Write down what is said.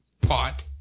pot